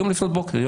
היום לפנות בוקר.